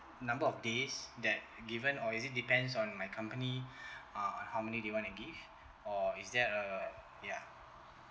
number of days that given or is it depends on my company uh how many they want to give or is that uh ya